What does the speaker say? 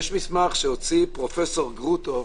יש מסמך שהוציא פרופ' גרוטו